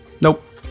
Nope